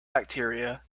bacteria